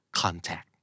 contact